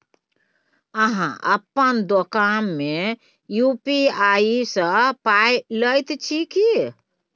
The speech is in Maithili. अहाँ अपन दोकान मे यू.पी.आई सँ पाय लैत छी की?